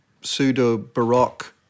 pseudo-baroque